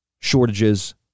shortages